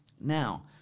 Now